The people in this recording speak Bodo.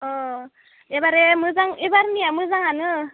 अ एबारे मोजां एबारनिया मोजाङानो